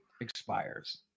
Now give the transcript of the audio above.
Expires